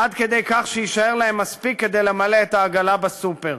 עד כדי כך שיישאר להם מספיק כדי למלא את העגלה בסופר.